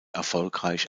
erfolgreich